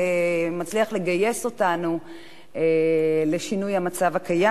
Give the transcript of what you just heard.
ומצליח לגייס אותנו לשינוי המצב הקיים,